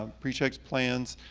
um pre-checks plans.